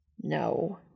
No